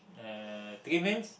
uh three meals